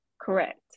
Correct